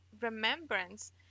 remembrance